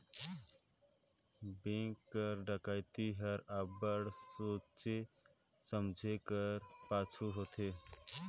bank कर डकइती हर अब्बड़ सोंचे समुझे कर पाछू होथे